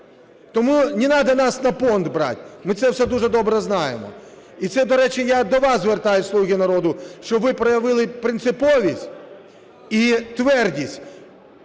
Тому не надо нас на понт брать, ми це все дуже добре знаємо. І це, до речі, я до вас звертаюся, "слуги народу", щоб ви проявили принциповість і твердість